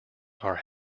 are